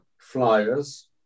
flyers